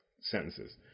sentences